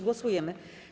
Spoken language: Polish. Głosujemy.